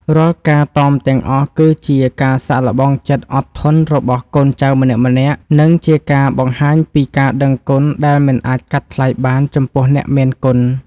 រាល់ការតមទាំងអស់គឺជាការសាកល្បងចិត្តអត់ធន់របស់កូនចៅម្នាក់ៗ និងជាការបង្ហាញពីការដឹងគុណដែលមិនអាចកាត់ថ្លៃបានចំពោះអ្នកមានគុណ។